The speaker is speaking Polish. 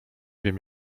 wiem